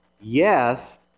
Yes